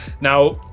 Now